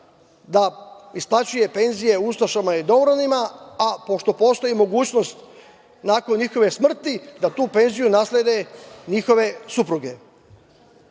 da isplaćuje penzije ustašama i domobranima, a pošto postoji mogućnost nakon njihove smrti da tu penziju naslede njihove supruge. Takođe,